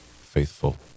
faithful